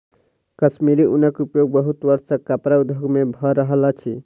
कश्मीरी ऊनक उपयोग बहुत वर्ष सॅ कपड़ा उद्योग में भ रहल अछि